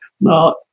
Now